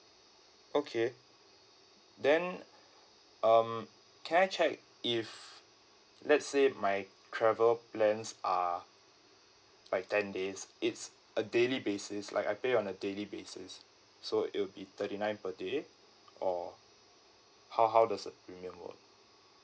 okay then um can I check if let's say my travel plans are like ten days it's a daily basis like I pay on a daily basis so it will be thirty nine per day or how how does the premium work